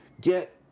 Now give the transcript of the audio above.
get